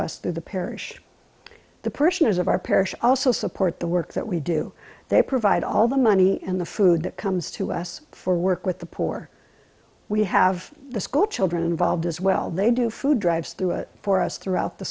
us through the parish the person is of our parish also support the work that we do they provide all the money and the food that comes to us for work with the poor we have the school children involved as well they do food drives through it for us throughout the